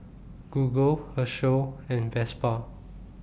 Google Herschel and Vespa